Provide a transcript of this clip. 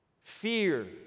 fear